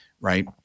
right